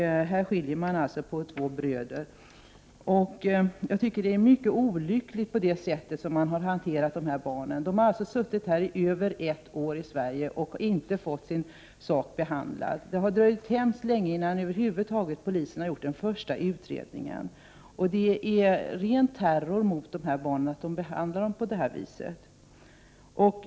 Här skiljer man alltså på två bröder. Jag tycker att dessa barn har behandlats på ett mycket olyckligt sätt. De har alltså suttit i Sverige över ett år och inte fått sin sak behandlad. Det har dröjt mycket länge, innan polisen över huvud taget har gjort den första utredningen. Det är ren terror mot dessa barn att behandla dem på detta sätt.